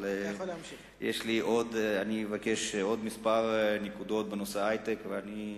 אבקש להציג עוד כמה נקודות בנושא ההיי-טק.